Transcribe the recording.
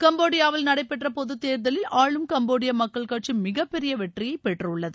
கம்போடியாவில் நடைபெற்ற பொதுத் தேர்தலில் ஆளும் கம்போடிய மக்கள் கட்சி மிகப்பெரிய வெற்றியை பெற்றுள்ளது